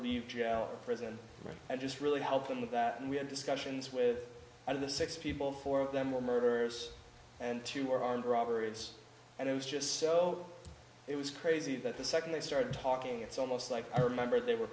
leave jail or prison and just really help them with that and we had discussions with one of the six people four of them were murderers and two armed robberies and it was just so it was crazy that the second they started talking it's almost like i remember they were